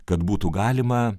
kad būtų galima